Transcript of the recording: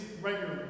regularly